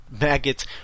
maggots